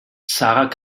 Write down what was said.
sarah